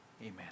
Amen